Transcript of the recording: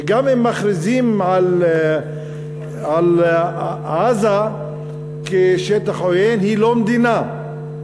וגם אם מכריזים על עזה כשטח עוין, היא לא מדינה.